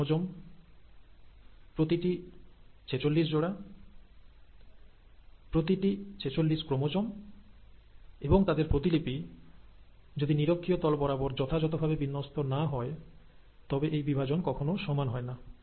এই ক্রোমোজোম প্রতিটি 46 জোড়া প্রতিটি 46 ক্রোমোজোম এবং তাদের প্রতিলিপি যদি নিরক্ষীয় তল বরাবর যথাযথভাবে বিন্যস্ত না হয় তবে এই বিভাজন কখনো সমান হয় না